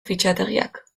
fitxategiak